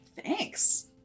Thanks